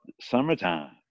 Summertime